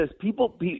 people